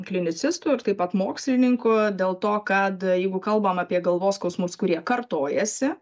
klinicistų ir taip pat mokslininkų dėl to kad jeigu kalbam apie galvos skausmus kurie kartojasi